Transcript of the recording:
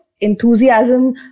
enthusiasm